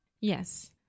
yes